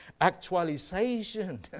actualization